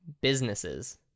businesses